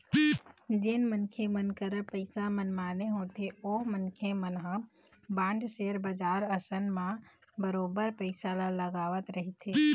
जेन मनखे मन करा पइसा मनमाने होथे ओ मनखे मन ह बांड, सेयर बजार असन म बरोबर पइसा ल लगावत रहिथे